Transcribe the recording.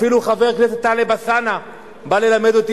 אפילו חבר הכנסת טלב אלסאנע בא ללמד אותי